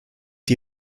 die